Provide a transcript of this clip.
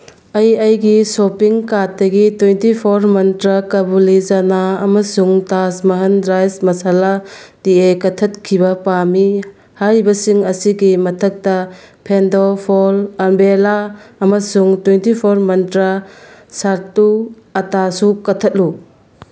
ꯑꯩ ꯑꯩꯒꯤ ꯁꯣꯄꯤꯡ ꯀꯥꯔꯠꯇꯒꯤ ꯇ꯭ꯋꯦꯟꯇꯤ ꯐꯣꯔ ꯃꯟꯇ꯭ꯔ ꯀꯕꯨꯂꯤ ꯆꯅꯥ ꯑꯃꯁꯨꯡ ꯇꯥꯖ ꯃꯍꯜ ꯔꯥꯏꯁ ꯃꯁꯂꯥ ꯇꯤ ꯀꯛꯊꯠꯈꯤꯕ ꯄꯥꯝꯃꯤ ꯍꯥꯏꯔꯤꯕꯁꯤꯡ ꯑꯁꯤꯒꯤ ꯃꯊꯛꯇ ꯐꯦꯟꯗꯣ ꯐꯣꯜ ꯑꯝꯕ꯭ꯔꯦꯂꯥ ꯑꯃꯁꯨꯡ ꯇ꯭ꯋꯦꯟꯇꯤ ꯐꯣꯔ ꯃꯟꯇ꯭ꯔ ꯁꯥꯠꯇꯨ ꯑꯇꯥꯁꯨ ꯀꯛꯊꯠꯂꯨ